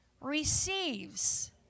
receives